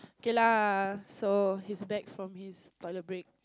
kay lah so he's back from his toilet break